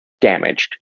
damaged